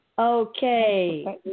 Okay